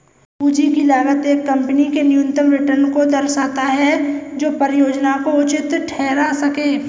पूंजी की लागत एक कंपनी के न्यूनतम रिटर्न को दर्शाता है जो परियोजना को उचित ठहरा सकें